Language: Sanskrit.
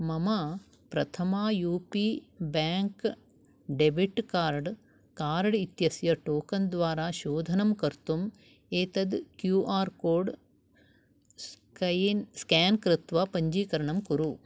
मम Prathama U P bank debit card card इत्यस्य टोकन् द्वारा शोधनं कर्तुम् एतत् क्यू आर् कोड् स्केन् कृत्वा पञ्जीकरणं कुरु